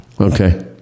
okay